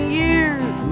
years